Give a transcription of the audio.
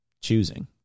choosing